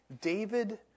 David